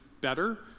better